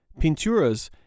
Pinturas